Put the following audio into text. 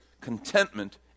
Contentment